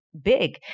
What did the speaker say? big